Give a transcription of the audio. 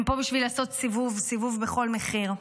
הם פה בשביל לעשות סיבוב, סיבוב בכל מחיר,